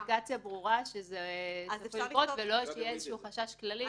רצינו שתהיה אינדיקציה ברורה שזה עלול לקרות ולא שיהיה חשש כללי.